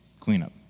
cleanup